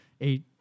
eight